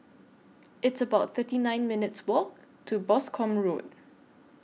It's about thirty nine minutes' Walk to Boscombe Road